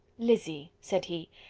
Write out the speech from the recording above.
lizzy, said he,